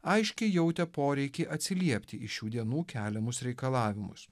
aiškiai jautė poreikį atsiliepti į šių dienų keliamus reikalavimus